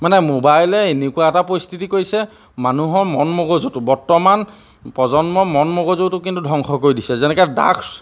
মানে মোবাইলে এনেকুৱা এটা পৰিস্থিতি কৰিছে মানুহৰ মন মগজুতো বৰ্তমান প্ৰজন্মৰ মন মগজুটো কিন্তু ধ্বংস কৰি দিছে যেনেকৈ ড্ৰাগছ